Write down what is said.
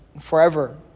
forever